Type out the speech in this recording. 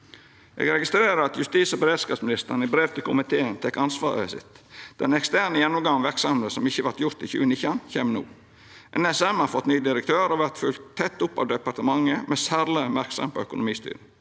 Eg registrerer at justis- og beredskapsministeren i brev til komiteen tek ansvaret sitt. Den eksterne gjennomgangen av verksemda som ikkje vart gjord i 2019, kjem no. NSM har fått ny direktør og vert følgd tett opp av departementet med særleg merksemd på økonomistyring.